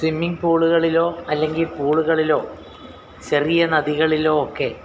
swimming പൂള്കളിലോ അല്ലെങ്കിൽ പൂള്കളിലോ ചെറിയ നദികളിലോ ഒക്കെ